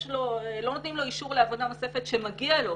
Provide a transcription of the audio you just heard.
לו נותנים לו אישור לעבודה נוספת שמגיע לו,